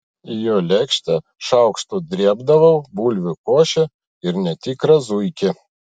į jo lėkštę šaukštu drėbdavau bulvių košę ir netikrą zuikį